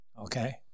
Okay